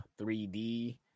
3D